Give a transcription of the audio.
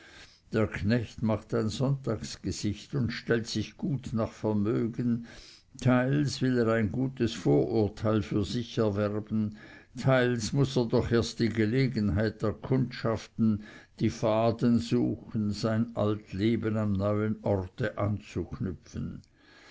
der knecht macht ein sonntagsgesicht und stellt sich gut nach vermögen teils will er ein gutes vorurteil für sich erwerben teils muß er doch erst die gelegenheit erkundschaften die faden suchen sein alt leben am neuen orte anzuknüpfen